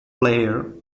player